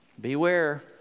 beware